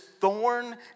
thorn